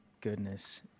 goodness